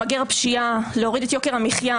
למגר את הפשיעה, להוריד את יוקר המחיה.